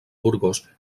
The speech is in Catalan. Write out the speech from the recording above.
burgos